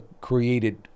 created